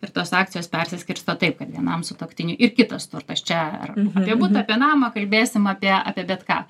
ir tos akcijos persiskirsto taip kad vienam sutuoktiniui ir kitas turtas čia ar apie butą apie namą kalbėsim apie apie bet ką